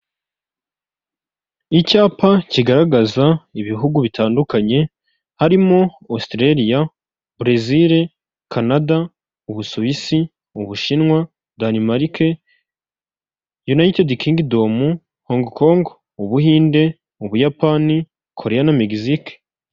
Icyapa kigaragaza ibihugu bitandukanye, harimo Ositereliya, Burezile, Canada, Ubusuwisi, Ubushinwa, Danimarike, Yunayitedi Kingidomu, Hongu kongo, Ubuhinde, Ubuyapani, Koreya na Megizike.